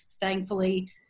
thankfully